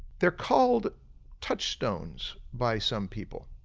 they're called touch stones by some people.